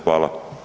Hvala.